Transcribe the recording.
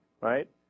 right